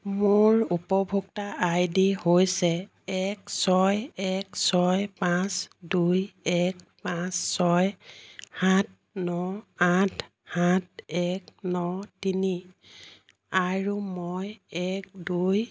মোৰ উপভোক্তা আইডি হৈছে এক ছয় এক ছয় পাঁচ দুই এক পাঁচ ছয় সাত ন আঠ সাত এক ন তিনি আৰু মই এক দুই